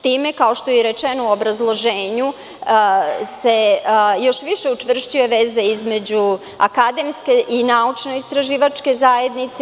Time, kao što je rečeno u obrazloženju, se još više učvršćuje veza između akademske i naučno-istraživačke zajednice.